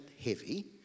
heavy